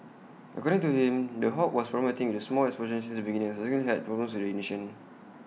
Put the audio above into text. according to him the hob was problematic with small explosions since the beginning and subsequently had problems with the ignition